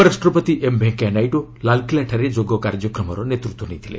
ଉପରାଷ୍ଟ୍ରପତି ଏମ୍ ଭେଙ୍କୟା ନାଇଡୁ ଲାଲକିଲାଠାରେ ଯୋଗ କାର୍ଯ୍ୟକ୍ରମର ନେତୃତ୍ୱ ନେଇଥିଲେ